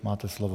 Máte slovo.